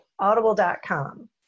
audible.com